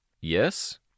Yes